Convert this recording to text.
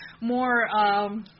more